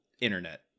internet